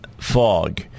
Fog